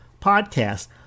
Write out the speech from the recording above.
podcast